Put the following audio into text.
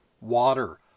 water